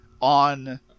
on